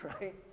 right